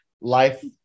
life